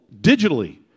digitally